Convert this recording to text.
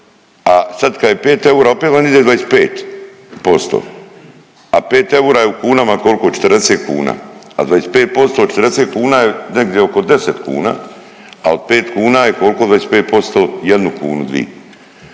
a sad kad je pet eura opet vam ide 25%, a pet eura u kunama je kolko 40 kuna, a 25% od 40 je negdje oko deset kuna, al pet kuna je kolko 25%, jednu kunu, dvi.